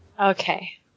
Okay